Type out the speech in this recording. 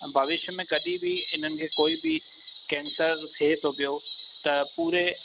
भविष्य में कॾहिं बि हिननि खे कोई बि कैंसर थिए थो पियो त पूरे